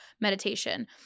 meditation